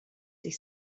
sich